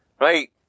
Right